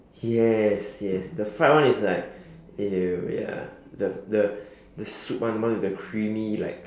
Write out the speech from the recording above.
yes yes the fried one is like !eww! ya the the the soup one the one with the creamy like